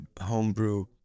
homebrew